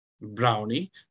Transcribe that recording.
brownie